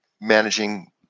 managing